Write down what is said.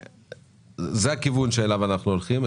זה הכיוון שאליו אנחנו הולכים,